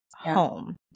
home